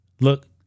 look